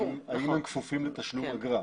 האם הם כפופים לתשלום אגרה.